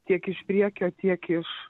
tiek iš priekio tiek iš